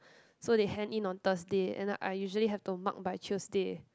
so they hand in on Thursday and I usually have to mark by Tuesday